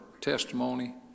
testimony